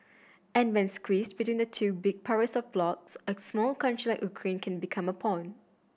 and when squeezed between the two big powers or blocs a smaller country like Ukraine can become a pawn